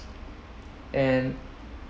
and